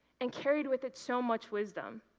and carried with it so much wisdom,